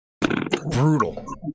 Brutal